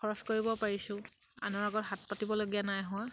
খৰচ কৰিব পাৰিছোঁ আনৰ আগত হাত পাতিবলগীয়া নাই হোৱা